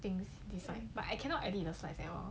things is like but I cannot edit the size at all